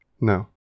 No